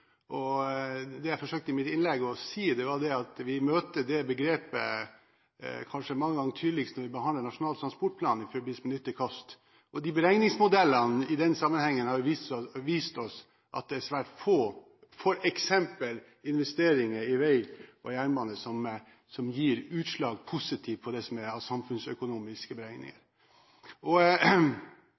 tror nok jeg forstår hva begrepet «samfunnsøkonomisk lønnsomhet» betyr. Det jeg forsøkte å si i mitt innlegg, var at vi kanskje tydeligst møter dette begrepet når vi behandler Nasjonal transportplan, i forbindelse med nytte-kost-beregninger. Beregningsmodellene i den sammenhengen har vist oss at det er svært få investeringer – f.eks. i vei og jernbane – som gir positivt utslag på det som er av samfunnsøkonomiske beregninger.